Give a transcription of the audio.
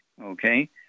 okay